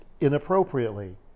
inappropriately